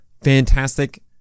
fantastic